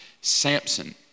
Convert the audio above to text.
Samson